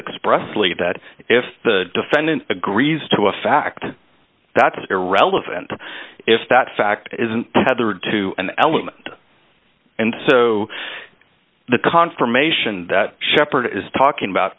expressively that if the defendant agrees to a fact that's irrelevant if that fact isn't tethered to an element and so the confirmation that sheppard is talking about